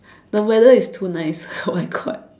the weather is too nice oh my god